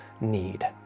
need